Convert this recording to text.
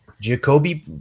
Jacoby